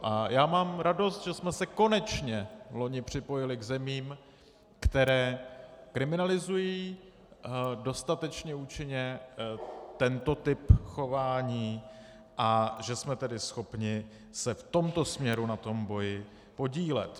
A já mám radost, že jsme se konečně loni připojili k zemím, které kriminalizují dostatečně účinně tento typ chování, a že jsme tedy schopni se v tomto směru na tom podílet.